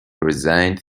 resigned